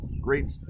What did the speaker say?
great